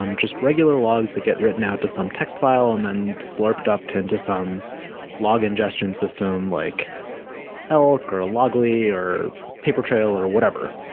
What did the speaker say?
um just regular logs that get written out to some text file and then slurped up into some log ingestion system, like elk, or loggly, or papertrail or whatever.